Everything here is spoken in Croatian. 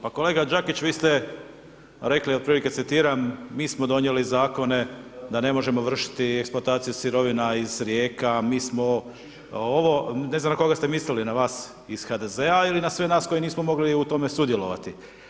Pa kolega Đakić, vi ste rekli otprilike citiram, mi smo donijeli zakone da ne možemo vršiti eksploataciju sirovina iz rijeka, mi smo ovo, ne znam na kog ste mislili, na vas iz HDZ-a ili na sve nas koji nismo mogli u tome sudjelovati.